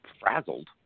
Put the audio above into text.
frazzled